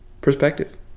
perspective